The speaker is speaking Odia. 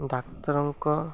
ଡାକ୍ତରଙ୍କ